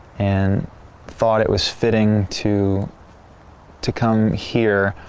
and thought it was fitting to to come here,